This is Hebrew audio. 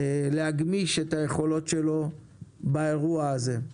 להגמיש את היכולות שלו באירוע הזה.